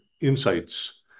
insights